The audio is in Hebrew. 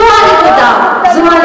זו הנקודה.